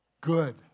Good